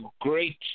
great